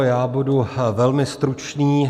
Já budu velmi stručný.